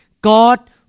God